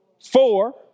Four